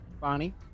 Bonnie